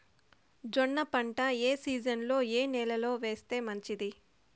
జొన్న పంట ఏ సీజన్లో, ఏ నెల లో వేస్తే మంచిది?